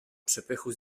przepychu